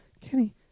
Kenny